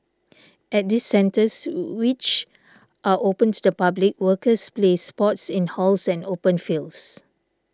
at these centres which are open to the public workers play sports in halls and open fields